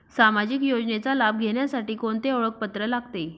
सामाजिक योजनेचा लाभ घेण्यासाठी कोणते ओळखपत्र लागते?